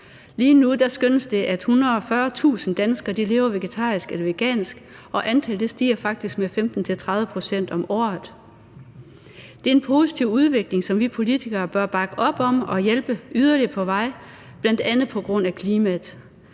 Lige nu skønnes det, at 140.000 danskere lever vegetarisk eller vegansk, og antallet stiger faktisk med 15-30 pct. om året. Det er en positiv udvikling, som vi politikere bør bakke op om og hjælpe yderligere på vej, bl.a. på grund af klimaet.